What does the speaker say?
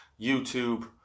YouTube